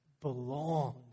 belong